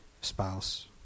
spouse